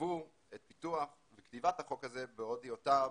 שליוו את פיתוח וכתיבת החוק הזה עוד בהיותם